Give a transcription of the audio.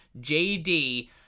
jd